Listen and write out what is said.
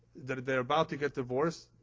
that they're about to get divorced,